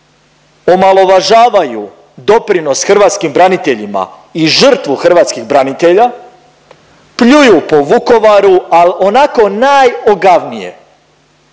omalovažavaju doprinos hrvatskim braniteljima i žrtvu hrvatskih branitelja, pljuju po Vukovaru al onako najogavnije.